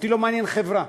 אותי לא מעניינת חברה.